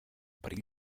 perill